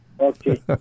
Okay